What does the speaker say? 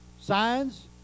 signs